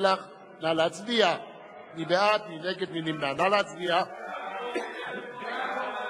אתה תחליט אם לתמוך בזה או לא,